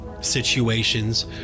situations